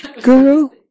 Girl